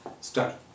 Study